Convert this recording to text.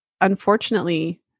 unfortunately